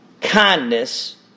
kindness